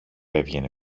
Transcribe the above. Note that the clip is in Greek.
έβγαινε